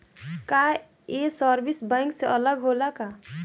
का ये service bank से अलग होला का?